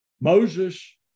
Moses